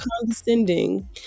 condescending